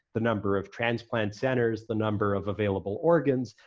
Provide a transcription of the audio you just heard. the number of transplant centers, the number of available organs,